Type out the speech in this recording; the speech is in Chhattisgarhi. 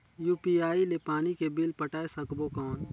यू.पी.आई ले पानी के बिल पटाय सकबो कौन?